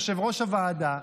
יושב-ראש הוועדה,